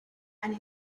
and